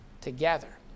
together